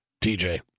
TJ